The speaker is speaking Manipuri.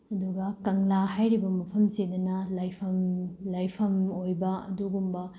ꯑꯗꯨꯒ ꯀꯪꯂꯥ ꯍꯥꯏꯔꯤꯕ ꯃꯐꯝꯁꯤꯗꯅ ꯂꯥꯏꯐꯝ ꯂꯥꯏꯐꯝ ꯑꯣꯏꯕ ꯑꯗꯨꯒꯨꯝꯕ